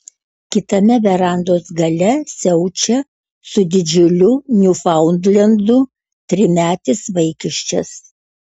kitame verandos gale siaučia su didžiuliu niufaundlendu trimetis vaikiščias